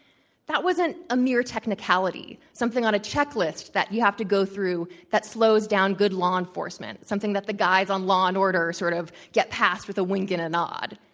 that wasn't a mere technicality, something on a checklist that you have to go through that slows down good law enforcement, something that the guys on law and order sort of get past with a wink and a nod.